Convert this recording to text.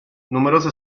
numerose